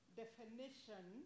definition